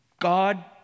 God